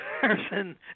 person